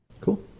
Cool